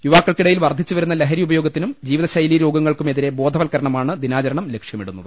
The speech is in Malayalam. യുവാക്കൾക്കിടയിൽ വർധിച്ചുവരുന്ന ലഹരി ഉപ യോഗത്തിനും ജീവിതശൈലീ രോഗങ്ങൾക്കും എതിരെ ബോധ വൽക്കരണമാണ് ദിനാചരണം ലക്ഷ്യമിടുന്നത്